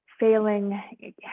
Failing